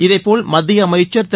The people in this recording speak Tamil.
இதேபோல் மத்திய அமைச்சர் திரு